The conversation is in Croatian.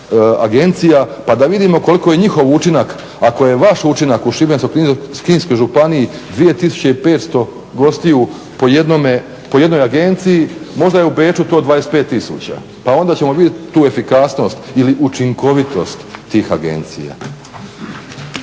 pa da vidimo koliko je njihov učinak ako je vaš učinak u Šibensko-kninskoj županiji 2500 gostiju po jednoj agenciji, možda je u Beču to 25 tisuća pa onda ćemo vidjeti tu efikasnost ili učinkovitost tih agencija.